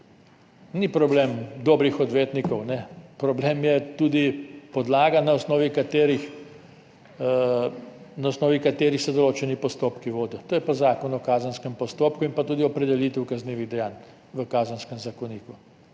Ni problem dobrih odvetnikov, problem je tudi podlaga, na osnovi katere se določeni postopki vodijo, to je pa Zakon o kazenskem postopku in pa tudi opredelitev kaznivih dejanj v Kazenskem zakoniku.